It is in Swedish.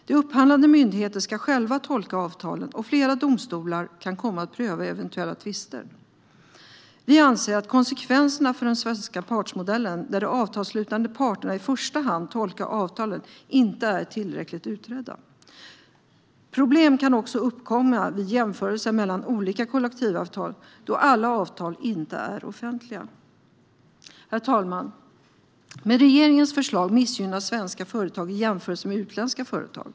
Den upphandlande myndigheten ska själv tolka avtalen, och flera domstolar kan komma att pröva eventuella tvister. Vi anser att konsekvenserna för den svenska partsmodellen, där de avtalsslutande parterna i första hand tolkar avtalet, inte är tillräckligt utredda. Problem kan också uppkomma vid jämförelser mellan olika kollektivavtal, då alla avtal inte är offentliga. Herr talman! Med regeringens förslag missgynnas svenska företag jämfört med utländska företag.